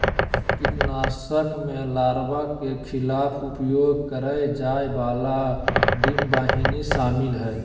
कीटनाशक में लार्वा के खिलाफ उपयोग करेय जाय वाला डिंबवाहिनी शामिल हइ